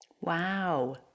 wow